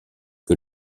que